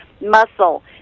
muscle